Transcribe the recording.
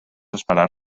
esperar